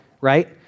right